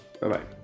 Bye-bye